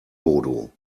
bodo